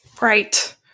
Right